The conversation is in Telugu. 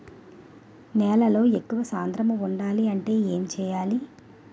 నేలలో ఎక్కువ సాంద్రము వుండాలి అంటే ఏంటి చేయాలి?